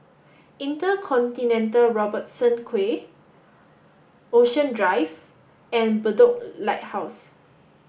InterContinental Robertson Quay Ocean Drive and Bedok Lighthouse